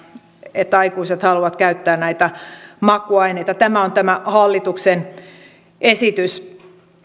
että aikuiset haluavat käyttää näitä makuaineita tämä on tämä hallituksen esitys